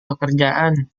pekerjaan